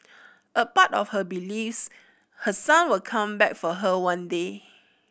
a part of her believes her son will come back for her one day